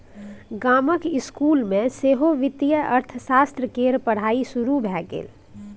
गामक इसकुल मे सेहो वित्तीय अर्थशास्त्र केर पढ़ाई शुरू भए गेल